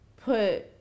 put